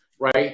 Right